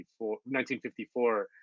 1954